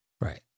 Right